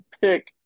pick